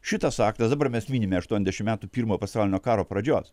šitas aktas dabar mes minime aštuondešim metų pirmojo pasaulinio karo pradžios